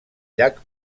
llac